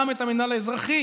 גם את המינהל האזרחי